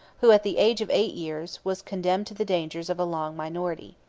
who, at the age of eight years, was condemned to the dangers of a long minority.